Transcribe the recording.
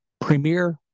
premier